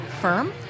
firm